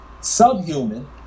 subhuman